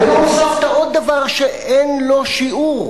והיום הוספת עוד דבר שאין לו שיעור: